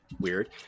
weird